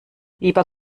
lieber